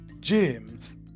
James